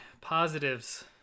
positives